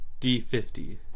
D50